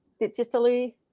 digitally